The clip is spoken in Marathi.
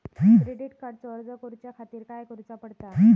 क्रेडिट कार्डचो अर्ज करुच्या खातीर काय करूचा पडता?